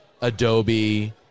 Adobe